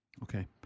Okay